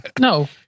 No